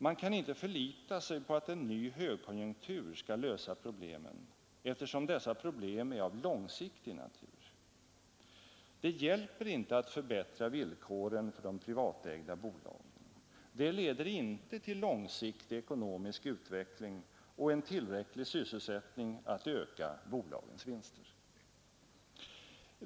Man kan inte förlita sig på att en högkonjunktur skall lösa problemen, eftersom dessa problem är av långsiktig natur. Det hjälper inte att förbättra villkoren för de privatägda bolagen, det leder inte till långsiktig ekonomisk utveckling och en tillräcklig sysselsättning att öka bolagens vinster.